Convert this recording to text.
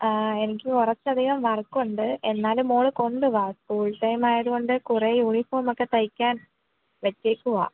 ആ എനിക്ക് കുറച്ച് അധികം വർക്കുണ്ട് എന്നാലും മോൾ കൊണ്ടു വരൂ സ്കൂൾ ടൈം ആയതുകൊണ്ട് കുറെ യൂണിഫോമൊക്കെ തയ്ക്കാൻ വച്ചേക്കുവാണ്